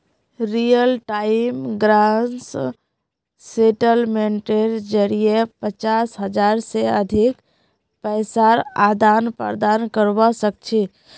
real time gross सेटलमेंटेर जरिये पचास हज़ार से अधिक पैसार आदान प्रदान करवा सक छी